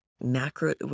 macro